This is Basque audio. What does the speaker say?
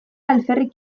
alferrik